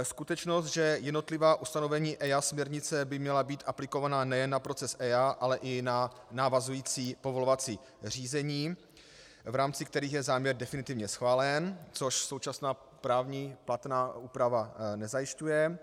Skutečnost, že jednotlivá ustanovení EIA směrnice by měla být aplikovaná nejen na proces EIA, ale i na navazující povolovací řízení, v rámci kterých je záměr definitivně schválen, což současná platná právní úprava nezajišťuje.